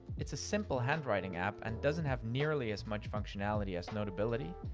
it's a simple handwriting app, and doesn't have nearly as much functionality as notability,